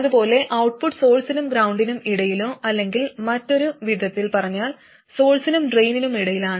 അതുപോലെ ഔട്ട്പുട്ട് സോഴ്സിനും ഗ്രൌണ്ടിനും ഇടയിലോ അല്ലെങ്കിൽ മറ്റൊരു വിധത്തിൽ പറഞ്ഞാൽ സോഴ്സിനും ഡ്രെയിനിനുമിടയിലാണ്